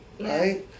right